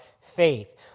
faith